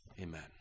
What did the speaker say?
Amen